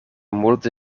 multe